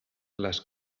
les